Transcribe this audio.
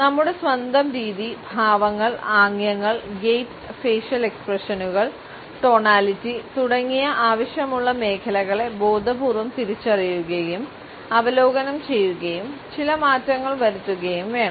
നമ്മുടെ സ്വന്തം രീതി ഭാവങ്ങൾ ആംഗ്യങ്ങൾ ഗെയ്റ്റ് ഫേഷ്യൽ എക്സ്പ്രഷനുകൾ ടോണാലിറ്റി തുടങ്ങിയ ആവശ്യമുള്ള മേഖലകളെ ബോധപൂർവ്വം തിരിച്ചറിയുകയും അവലോകനം ചെയ്യുകയും ചില മാറ്റങ്ങൾ വരുത്തുകയും വേണം